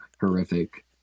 horrific